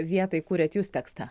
vietai kūrėt jūs tekstą